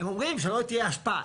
הם אומרים שלא תהיה השפעה.